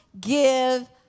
give